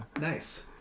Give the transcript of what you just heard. Nice